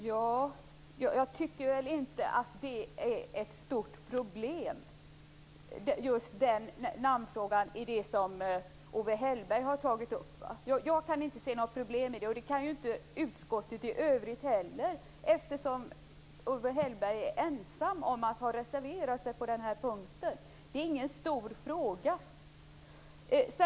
Herr talman! Jag tycker inte att den namnfråga som Owe Hellberg tar upp är något stort problem. Jag kan inte se något problem med det, och det kan inte utskottet i övrigt heller eftersom Owe Hellberg är ensam om att ha reserverat sig på den här punkten. Det är inte någon stor fråga.